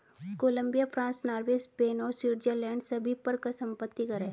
Colombia, France, Norway, Spain और Switzerland सभी पर संपत्ति कर हैं